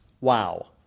wow